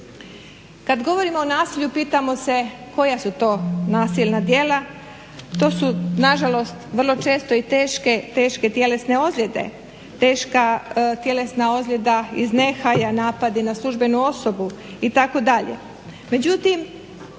Kad govorimo o nasilju pitamo se koja su to nasilna djela, to su nažalost vrlo često i teške tjelesne ozljede, teška tjelesna ozljeda iz nehaja, napadi na službenu osobu itd.